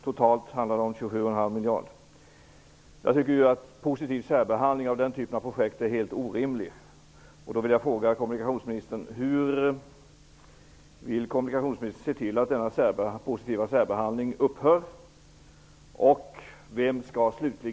Totalt handlar det om Jag tycker att positiv särbehandling av den typen av projekt är helt orimlig.